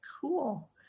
Cool